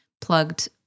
plugged